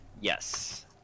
Yes